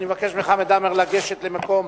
אני מבקש מחמד עמאר לגשת למקום.